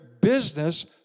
business